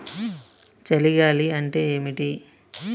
చలి గాలి అంటే ఏమిటి?